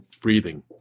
breathing